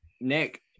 Nick